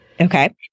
Okay